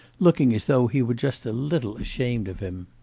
looking as though he were just a little ashamed of him.